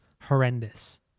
horrendous